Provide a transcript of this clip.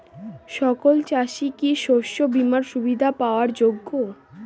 সকল চাষি কি শস্য বিমার সুবিধা পাওয়ার যোগ্য?